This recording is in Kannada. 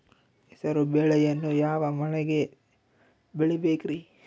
ಹೆಸರುಬೇಳೆಯನ್ನು ಯಾವ ಮಳೆಗೆ ಬೆಳಿಬೇಕ್ರಿ?